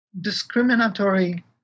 discriminatory